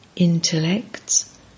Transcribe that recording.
intellects